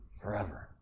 forever